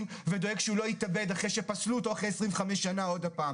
דואג שהוא לא יתאבד אחרי שפסלו אותו אחרי 25 שנה עוד הפעם